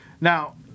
now